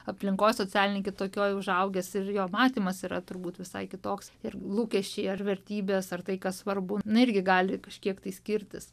aplinkoj socialinėj kitokioj užaugęs ir jo mąstymas yra turbūt visai kitoks ir lūkesčiai ar vertybės ar tai kas svarbu na irgi gali kažkiek tai skirtis